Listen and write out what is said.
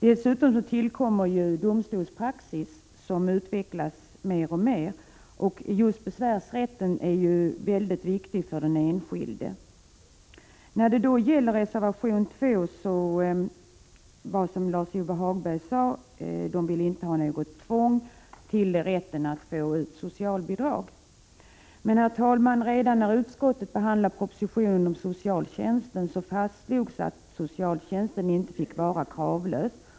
Dessutom tillkommer domstolspraxis, som utvecklas mer och mer. Just besvärsrätten är mycket viktig för den enskilde. I reservation 2 framför vpk, som Lars-Ove Hagberg sade, sin uppfattning att det inte skall knytas något tvång att arbeta till rätten att få ut socialbidrag. Men, herr talman, redan när utskottet behandlade propositionen om socialtjänstlagen fastslogs att socialtjänsten inte fick vara kravlös.